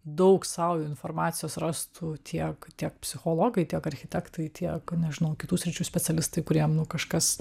daug sau informacijos rastų tiek tiek psichologai tiek architektai tiek nežinau kitų sričių specialistai kuriem nu kažkas